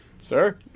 sir